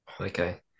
Okay